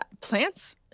Plants